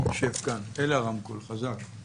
שב כאן, אל הרמקול, חזק.